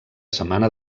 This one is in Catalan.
setmana